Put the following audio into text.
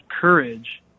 courage